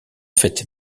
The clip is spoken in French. fait